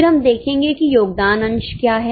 फिर हम देखेंगे कि योगदान अंश क्या है